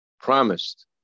promised